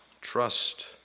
trust